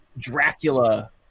Dracula